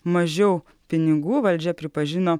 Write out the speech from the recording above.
mažiau pinigų valdžia pripažino